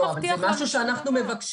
לא, אבל זה משהו שאנחנו מבקשים.